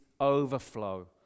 overflow